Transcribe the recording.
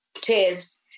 test